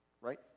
Right